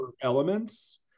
elements